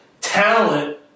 talent